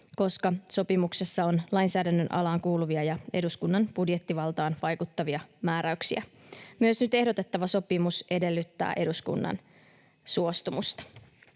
koska sopimuksessa on lainsäädännön alaan kuuluvia ja eduskunnan budjettivaltaan vaikuttavia määräyksiä. Myös nyt ehdotettava sopimus edellyttää eduskunnan suostumusta.